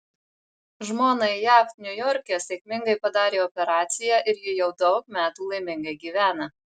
žmonai jav niujorke sėkmingai padarė operaciją ir ji jau daug metų laimingai gyvena